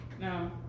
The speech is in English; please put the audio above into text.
No